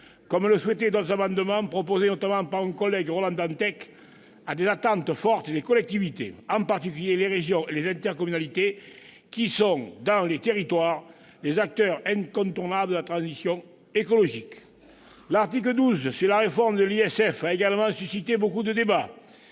comme le souhaitaient les auteurs d'autres amendements- je pense notamment à mon collègue Ronan Dantec -, à des attentes fortes des collectivités, en particulier les régions et les intercommunalités, qui sont, dans les territoires, les acteurs incontournables de la transition écologique. L'article 12, sur la réforme de l'ISF, a également suscité beaucoup de débats.